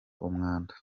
umwanda